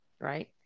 right